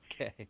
Okay